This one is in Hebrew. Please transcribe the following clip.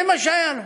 זה מה שהיה לו.